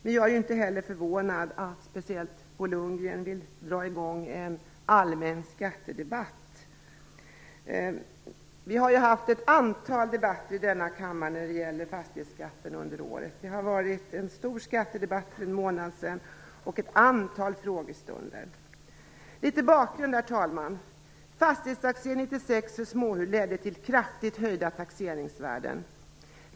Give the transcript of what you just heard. Men jag är inte heller förvånad att speciellt Bo Lundgren vill dra i gång en allmän skattedebatt. Vi har haft ett antal debatter i denna kammare under året som gällt fastighetsskatten. Det var en stor skattedebatt för en månad sedan och vi har haft ett antal frågestunder. Litet bakgrund, herr talman. Fastighetstaxeringen 1996 för småhus ledde till kraftigt höjda taxeringsvärden.